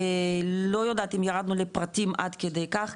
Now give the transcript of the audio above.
לא יודעת אם ירדנו לפרטים עד כדי כך,